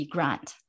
Grant